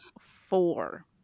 four